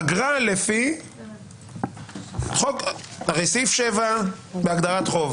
אגרה לפי --- הרי סעיף 7 בהגדרת חוב